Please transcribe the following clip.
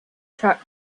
track